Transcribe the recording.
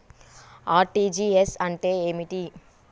RTGS అంటే ఏమిటి?